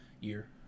Year